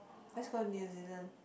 let's go New-Zealand